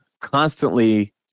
constantly